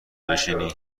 بشینی